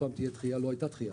לא הייתה דחייה.